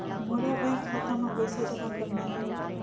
मोला बैंक खाता मां पइसा जमा करना हे?